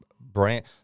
brand